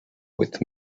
with